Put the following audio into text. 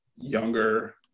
younger